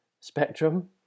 spectrum